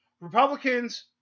Republicans